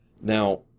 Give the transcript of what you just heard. Now